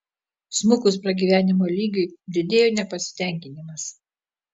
smukus pragyvenimo lygiui didėjo nepasitenkinimas